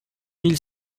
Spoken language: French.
mille